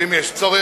ואם יש צורך,